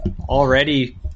already